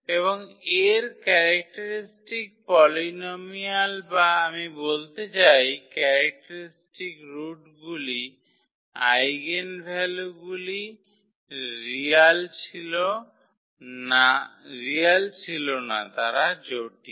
এবং এর characteristic polynomial বা আমি বলতে চাই ক্যারেক্টারিস্টিক রুটগুলি আইগেনভ্যালুগুলি রিয়াল ছিল না তারা জটিল